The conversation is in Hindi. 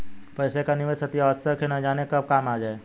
पैसे का निवेश अतिआवश्यक है, न जाने कब काम आ जाए